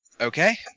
Okay